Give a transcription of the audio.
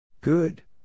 good